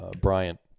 Bryant